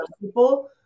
people